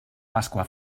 pasqua